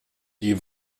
die